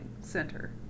center